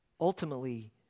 Ultimately